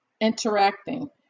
interacting